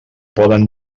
poden